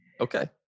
Okay